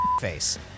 face